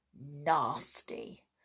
nasty